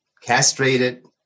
castrated